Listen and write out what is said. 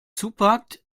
zupackt